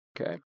Okay